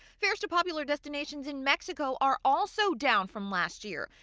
fares to popular destinations in mexico are also down from last year,